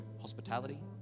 hospitality